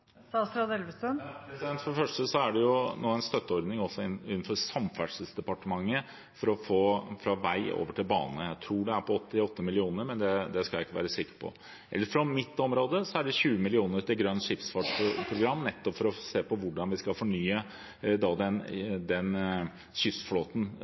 For det første er det nå en støtteordning også innenfor Samferdselsdepartementet for å få gods fra vei over til bane – jeg tror den er på 88 mill. kr, men det skal jeg ikke være sikker på. Fra mitt område er det 20 mill. kr til et program for grønn skipsfart for nettopp å se på hvordan vi kan fornye den kystflåten